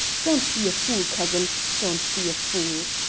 don't be a fool, cousin, don't be a fool!